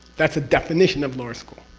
that's the definition of lower school!